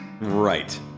Right